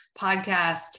podcast